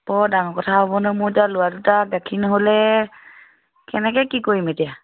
বৰ ডাঙৰ কথা হ'ব নহয় মোৰ এতিয়া ল'ৰা দুটা গাখীৰ নহ'লে কেনেকৈ কি কৰিম এতিয়া